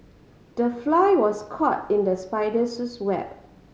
the fly was caught in the spider's web